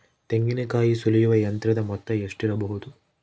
ತೆಂಗಿನಕಾಯಿ ಸುಲಿಯುವ ಯಂತ್ರದ ಮೊತ್ತ ಎಷ್ಟಿರಬಹುದು?